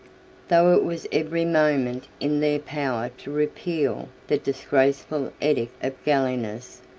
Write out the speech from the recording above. though it was every moment in their power to repeal the disgraceful edict of gallienus,